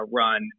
run